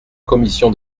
commission